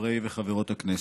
חברי וחברות הכנסת,